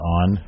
on